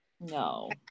No